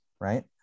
right